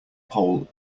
pole